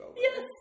Yes